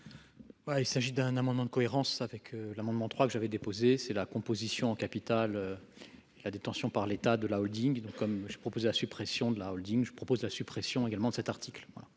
Il s'agit d'un amendement de cohérence avec l'amendement trois que j'avais déposé c'est la composition en capital. La détention par l'état de la Holding. Donc comme j'ai proposé la suppression de la Holding. Je propose la suppression également de cet article